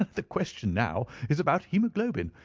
the question now is about hoemoglobin.